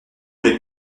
n’est